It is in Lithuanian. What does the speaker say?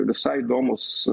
visai įdomus